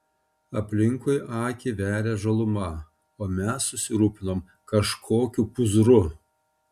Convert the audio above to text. aplinkui akį veria žaluma o mes susirūpinom kažkokiu pūzru